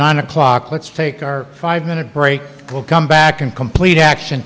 nine o'clock let's take our five minute break we'll come back and complete action